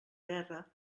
guerra